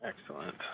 Excellent